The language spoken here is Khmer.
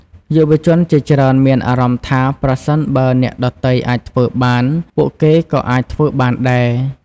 យុវជនជាច្រើនមានអារម្មណ៍ថា ប្រសិនបើអ្នកដទៃអាចធ្វើបាន ពួកគេក៏អាចធ្វើបានដែរ។